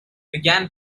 began